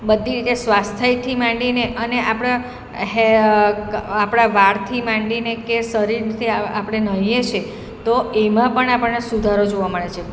બધી એટલે સ્વાસ્થ્યથી માંડીને અને આપણા આપણા વાળથી માંડીને કે શરીરથી આપણે નાહીએ છીએ તો એમાં પણ આપણને સુધારો જોવા મળે છે